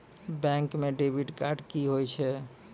Bank म debit card की होय छै?